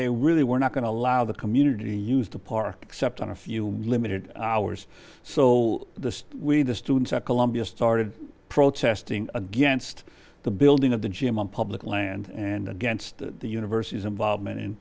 they really were not going to allow the community use the park except on a few limited hours so the we the students at columbia started protesting against the building of the gym on public land and against the university's involvement in